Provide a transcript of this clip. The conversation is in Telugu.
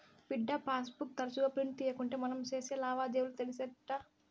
బిడ్డా, పాస్ బుక్ తరచుగా ప్రింట్ తీయకుంటే మనం సేసే లావాదేవీలు తెలిసేటెట్టా